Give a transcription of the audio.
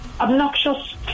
obnoxious